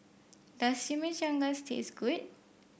Does Chimichangas taste good